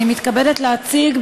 אני מתכבדת להציג,